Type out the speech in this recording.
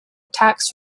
attacks